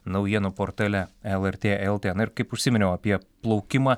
naujienų portale lrt lt na ir kaip užsiminiau apie plaukimą